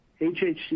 HHC